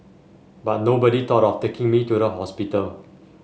but nobody thought of taking me to the hospital